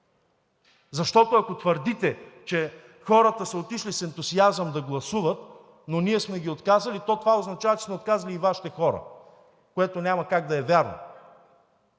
защото, ако твърдите, че хората са отишли с ентусиазъм да гласуват, но ние сме ги отказали, това означава, че сме отказали и Вашите хора, което няма как да е вярно.